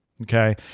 Okay